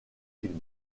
films